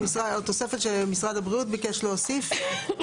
תוספת שמשרד הבריאות ביקש להוסיף.